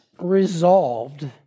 resolved